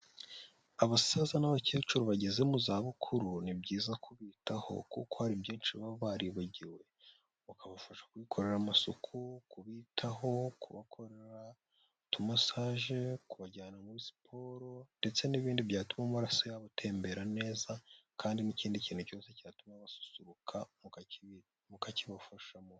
Abasaza n'abakecuru bageze muzabukuru, ni byiza kubitaho kuko hari byinshi baba baribagiwe. Ukabafasha kubakorera amasuku, kubitaho, kubakorera utumosaje, kubajyana muri siporo, ndetse n'ibindi byatuma amaraso yabo atembera neza kandi n'ikindi kintu cyose cyatuma basusuruka mukakibafashamo.